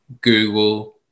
Google